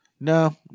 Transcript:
No